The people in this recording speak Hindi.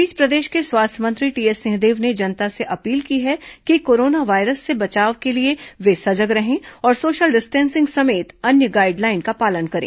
इस बीच प्रदेश के स्वास्थ्य मंत्री टीएस सिंहदेव ने जनता से अपील की है कि कोरोना वायरस से बचाव के लिए वे सजग रहे और सोशल डिस्टेंसिंग समेत अन्य गाईडलाइन का पालन करें